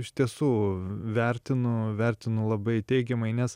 iš tiesų vertinu vertinu labai teigiamai nes